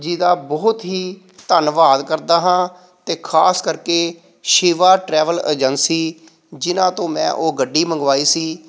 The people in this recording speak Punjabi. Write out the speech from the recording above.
ਜੀ ਦਾ ਬਹੁਤ ਹੀ ਧੰਨਵਾਦ ਕਰਦਾ ਹਾਂ ਅਤੇ ਖ਼ਾਸ ਕਰ ਕੇ ਸ਼ਿਵਾ ਟਰੈਵਲ ਏਜੰਸੀ ਜਿਨ੍ਹਾਂ ਤੋਂ ਮੈਂ ਉਹ ਗੱਡੀ ਮੰਗਵਾਈ ਸੀ